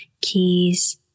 keys